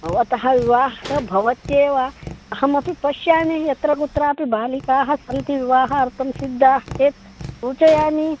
भवतः विवाहः भवत्येव अहमपि पश्यामि यत्र कुत्रापि बालिकाः सन्ति विवाहार्थं सिद्धाः चेत् सूचयामि